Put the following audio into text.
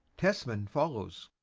tesman follows.